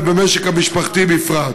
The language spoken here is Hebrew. ובמשק המשפחתי בפרט.